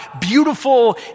beautiful